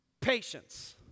patience